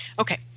Okay